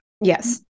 yes